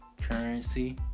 Currency